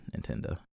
Nintendo